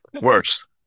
worse